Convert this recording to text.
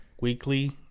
weekly